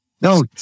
no